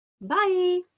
Bye